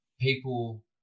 people